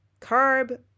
carb